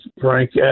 Frank